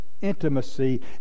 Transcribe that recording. intimacy